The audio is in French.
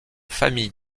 famille